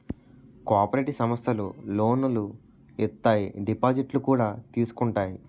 cooperative సమస్థలు లోనులు ఇత్తాయి దిపాజిత్తులు కూడా తీసుకుంటాయి